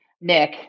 Nick